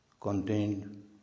contained